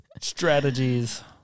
strategies